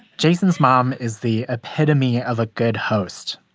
jason's mom is the epitome of a good host.